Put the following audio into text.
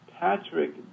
Patrick